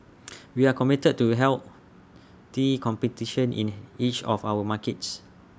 we are committed to healthy competition in each of our markets